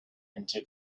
into